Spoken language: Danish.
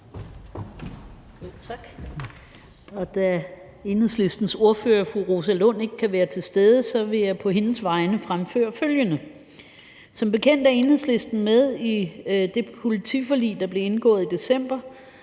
Da Enhedslistens ordfører, fru Rosa Lund, ikke kan være til stede, vil jeg på hendes vegne fremføre følgende: Som bekendt er Enhedslisten med i det politiforlig, der blev indgået i december,